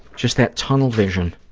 just that tunnel vision,